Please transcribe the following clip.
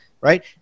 right